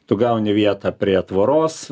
tu gauni vietą prie tvoros